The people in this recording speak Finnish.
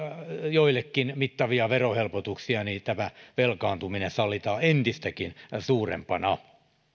joillekin mittavia verohelpotuksia tämä velkaantuminen sallitaan entistäkin suurempana